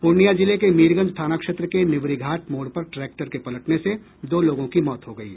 पूर्णिया जिले के मीरगंज थाना क्षेत्र के निवरिघाट मोड़ पर ट्रैक्टर के पलटने से दो लोगों की मौत हो गयी